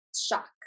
shock